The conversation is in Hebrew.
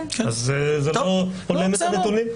אז זה לא הולם את הנתונים.